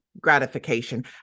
gratification